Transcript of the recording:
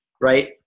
right